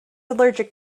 allergic